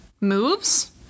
moves